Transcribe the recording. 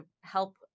help